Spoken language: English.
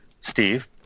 Steve